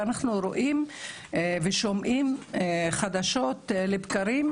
ואנחנו רואים ושומעים חדשות לבקרים,